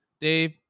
Dave